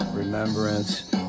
Remembrance